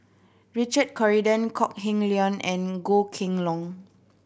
Richard Corridon Kok Heng Leun and Goh Kheng Long